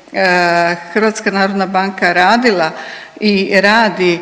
sve ono što je HNB radila i radi